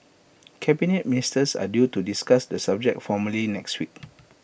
Cabinet Ministers are due to discuss the subject formally next week